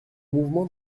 mouvement